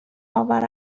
آور